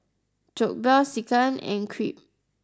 Jokbal Sekihan and Crepe